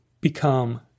become